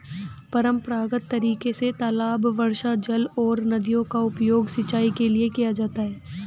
परम्परागत तरीके से तालाब, वर्षाजल और नदियों का उपयोग सिंचाई के लिए किया जाता है